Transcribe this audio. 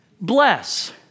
bless